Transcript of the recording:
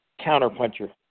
counter-puncher